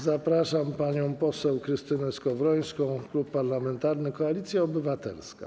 Zapraszam panią poseł Krystynę Skowrońską, Klub Parlamentarny Koalicja Obywatelska.